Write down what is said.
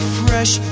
fresh